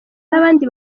n’abandi